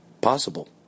possible